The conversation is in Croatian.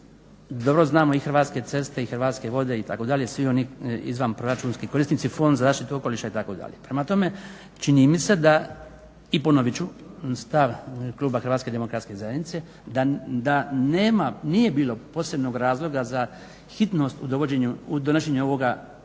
dobro znamo i Hrvatske ceste i Hrvatske vode itd. svi oni izvanproračunski korisnici Fond za zaštitu okoliša itd. Prema tome, čini mi se da i ponovit ću stav kluba HDZ-a da nije bilo posebnog razloga u donošenju ovoga izmjena